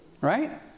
right